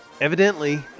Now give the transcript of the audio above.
Evidently